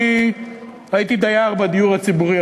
אני הייתי דייר בדיור הציבורי,